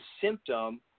symptom